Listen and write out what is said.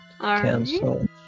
Cancel